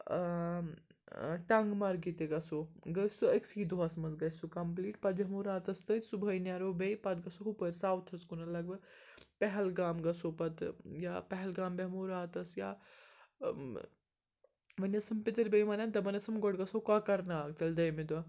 ٹنٛگ مَرگہِ تہِ گژھو گٔے سُہ أکۍسٕے دۄہَس منٛز گژھِ سُہ کَمپلیٖٹ پَتہٕ بیٚہمو راتَس تٔتھۍ صُبحٲے نیرَو بیٚیہِ پَتہٕ گژھو ہُپٲرۍ ساوُتھَس کُنہٕ لگ بگ پہلگام گژھو پَتہٕ یا پہلگام بیٚہمو راتَس یا وۄنۍ ٲسٕم پِتٕر بیٚیہِ وَنان دپان ٲسٕم گۄڈٕ گژھو کۄکَر ناگ تیٚلہِ دٔیمہِ دۄہ